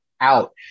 out